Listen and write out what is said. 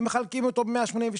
ומחלקים אותו ב-182,